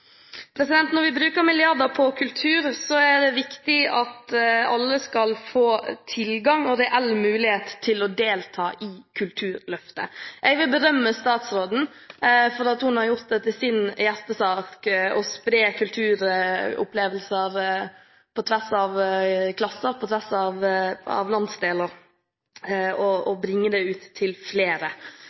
Når vi bruker milliarder på kultur, er det viktig at alle skal få tilgang og reell mulighet til å delta i Kulturløftet. Jeg vil berømme statsråden for at hun har gjort det til sin hjertesak å spre kulturopplevelser på tvers av klasser, på tvers av landsdeler og bringe dem ut til flere.